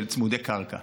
של צמודי קרקע.